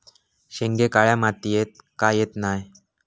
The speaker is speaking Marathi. शेंगे काळ्या मातीयेत का येत नाय?